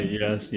yes